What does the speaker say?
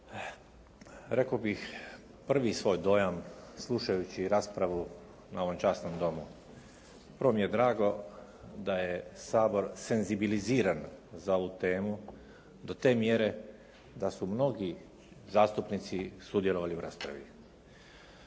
Rekao bih prvi svoj dojam slušajući raspravu na ovom časnom domu. Upravo mi je drago da je Sabor senzibiliziran za ovu temu do te mjere da su mnogi zastupnici sudjelovali u raspravi.